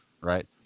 right